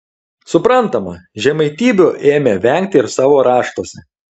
suprantama žemaitybių ėmė vengti ir savo raštuose